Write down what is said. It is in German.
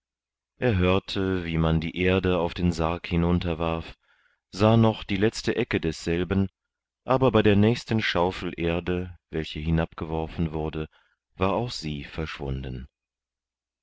er hörte wie man die erde auf den sarg hinunterwarf sah noch die letzte ecke desselben aber bei der nächsten schaufel erde welche hinabgeworfen wurde war auch sie verschwunden